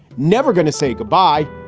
never gonna say goodbye,